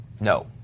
No